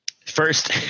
First